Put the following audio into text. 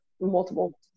multiple